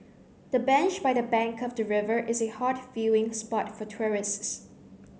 the bench by the bank of the river is a hot viewing spot for tourists